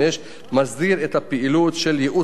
מסדיר את הפעילות של ייעוץ השקעות,